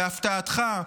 להפתעתך,